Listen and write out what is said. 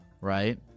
right